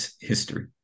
history